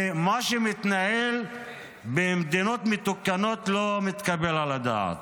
ומה שמתנהל במדינות מתוקנות לא מתקבל על הדעת.